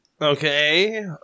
Okay